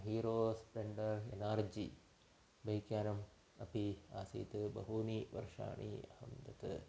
hero Splendor एनार्जि bike यानम् अपि आसीत् बहवः वर्षाः अहं तत्